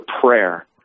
prayer